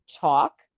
talk